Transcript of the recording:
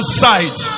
sight